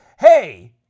hey